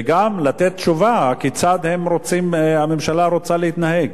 וגם לתת תשובה כיצד הממשלה רוצה להתנהג,